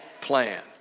plan